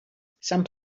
some